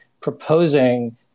proposing